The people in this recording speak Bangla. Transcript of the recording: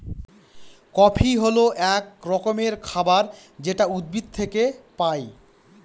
কফি হল এক রকমের খাবার যেটা উদ্ভিদ থেকে পায়